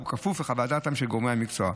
ובכפוף לחוות דעתם של גורמי המקצוע.